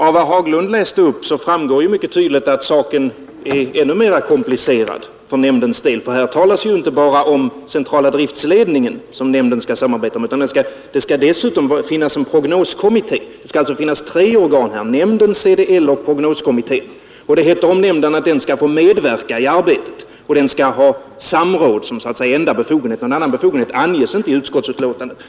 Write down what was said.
Av vad herr Haglund läste upp framgår mycket tydligt att saken är ännu mera komplicerad för nämndens del. Här talas inte bara om centrala driftledningen, som nämnden skall samarbeta med, utan dessutom om en prognoskommitté. Det skall alltså finnas tre organ: nämnden, CDL och prognoskommittén. Det heter om nämnden att den skall få medverka i arbetet och att den skall ha samråd som så att säga enda befogenhet; någon annan befogenhet anges inte i utskottsbetänkandet.